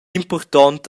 impurtont